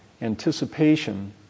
Anticipation